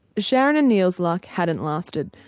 sharon and neil's luck hadn't lasted,